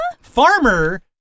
Farmer